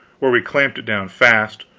where we clamped it down fast,